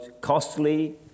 costly